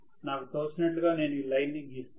నాకు తోచినట్లు గా నేను ఈ లైన్ ను గీస్తున్నాను